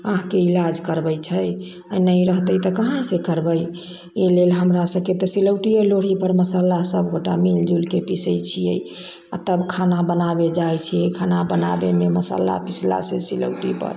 आँख के ईलाज करबै छै आ नहि रहतै तऽ कहाँ से करबै एहि लेल हमरासबके तऽ सिलौटीये लोढ़ी पर मशाला सबगोटा मिल जुल के पीसै छियै आ तब खाना बनाबे जाइ छियै खाना बनाबे मे मशाला पीसला से सिलौटी पर